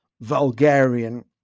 vulgarian